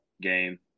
game